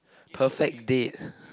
perfect date